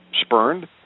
spurned